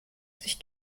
sich